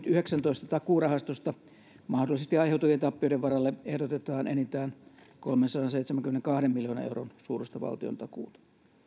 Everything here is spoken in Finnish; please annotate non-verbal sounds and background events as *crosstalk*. *unintelligible* yhdeksäntoista takuurahastosta mahdollisesti aiheutuvien tappioiden varalle ehdotetaan enintään kolmensadanseitsemänkymmenenkahden miljoonan euron suuruista valtiontakuuta